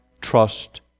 trust